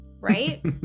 Right